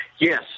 Yes